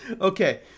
Okay